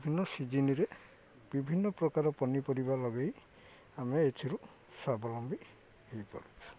ବିଭିନ୍ନ ସିଜିିନ୍ରେ ବିଭିନ୍ନ ପ୍ରକାର ପନିପରିବା ଲଗାଇ ଆମେ ଏଥିରୁ ସ୍ୱାବଲମ୍ବୀ ହେଇପାରୁଛୁ